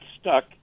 stuck